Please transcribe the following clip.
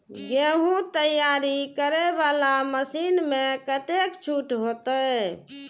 गेहूं तैयारी करे वाला मशीन में कतेक छूट होते?